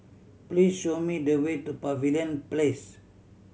please show me the way to Pavilion Place